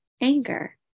anger